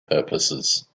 purposes